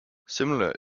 similarly